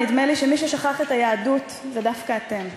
נדמה לי שמי ששכח את היהדות זה דווקא אתם.